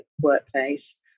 workplace